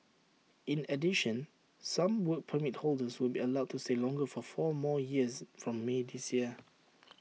in addition some Work Permit holders will be allowed to stay longer for four more years from may this year